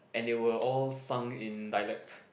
and they were all sung in dialect